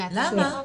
זה מזעזע.